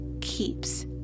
keeps